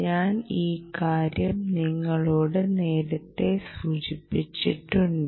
ഞാൻ ഈ കാര്യം നിങ്ങളോട് നേരത്തെ സൂചിപ്പിച്ചിട്ടുണ്ട്